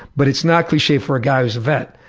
but it's not cliche for a guy who's a vet.